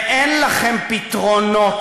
ואין לכם פתרונות,